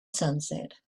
sunset